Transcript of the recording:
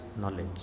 knowledge